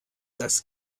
das